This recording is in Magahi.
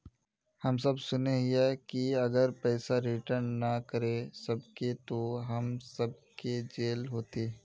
हम सब सुनैय हिये की अगर पैसा रिटर्न ना करे सकबे तो हम सब के जेल होते?